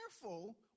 careful